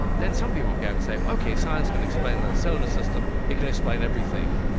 then some people began to say, well, ok, science can explain the solar system, it can explain everything.